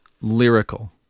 lyrical